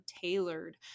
tailored